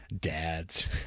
Dads